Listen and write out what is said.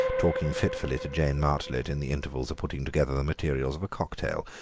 talking fitfully to jane martlet in the intervals of putting together the materials of a cocktail,